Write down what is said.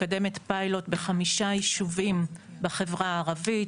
פיילוט בחמישה ישובים בחברה הערבית: